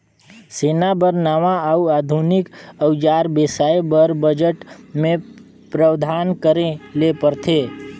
सेना बर नावां अउ आधुनिक अउजार बेसाए बर बजट मे प्रावधान करे ले परथे